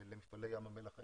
למפעלי ים המלח הירדנים.